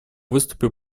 выступил